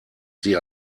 sie